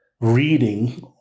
reading